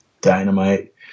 dynamite